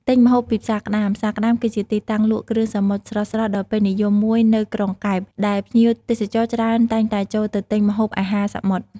ទិញម្ហូបពីផ្សារក្ដាម ផ្សារក្ដាមគឺជាទីតាំងលក់គ្រឿងសមុទ្រស្រស់ៗដ៏ពេញនិយមមួយនៅក្រុងកែប ដែលភ្ញៀវទេសចរច្រើនតែងតែចូលទៅទិញម្ហូបអាហារសមុទ្រ។